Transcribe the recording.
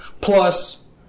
plus